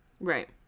Right